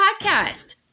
Podcast